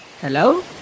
Hello